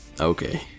Okay